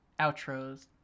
outros